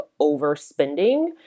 overspending